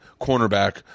cornerback